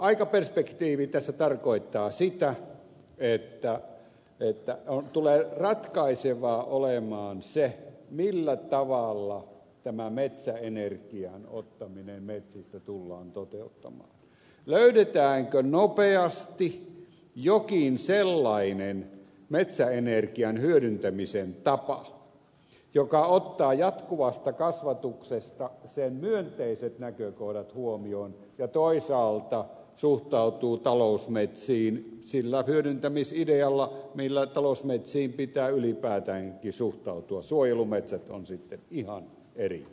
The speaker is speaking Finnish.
aikaperspektiivi tässä tarkoittaa sitä että ratkaisevaa tulee olemaan se millä tavalla tämä metsäenergian ottaminen metsistä tullaan toteuttamaan löydetäänkö nopeasti jokin sellainen metsäenergian hyödyntämisen tapa joka ottaa jatkuvasta kasvatuksesta sen myönteiset näkökohdat huomioon ja toisaalta suhtautuu talousmetsiin sillä hyödyntämisidealla millä talousmetsiin pitää ylipäätäänkin suhtautua suojelumetsät ovat sitten ihan eri juttu